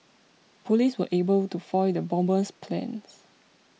police were able to foil the bomber's plans